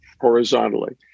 horizontally